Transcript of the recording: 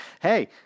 hey